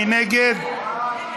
מי נגד?